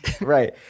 right